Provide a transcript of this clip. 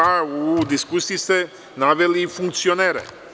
Ali, u diskusiji ste naveli i funkcionere.